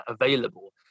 available